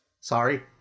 sorry